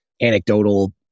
anecdotal